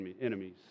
enemies